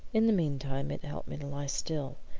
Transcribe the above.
in the meantime it helped me to lie still,